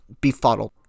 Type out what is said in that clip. befuddled